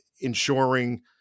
ensuring